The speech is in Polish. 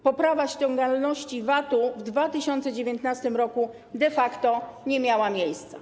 Poprawa ściągalności VAT w 2019 r. de facto nie miała miejsca.